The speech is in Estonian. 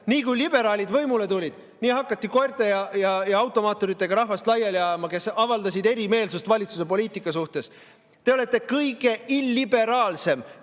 Nii kui liberaalid võimule tulid, nii hakati koerte ja automaaturitega laiali ajama rahvast, kes avaldas erimeelsust valitsuse poliitika suhtes. Te olete kõige illiberaalsem,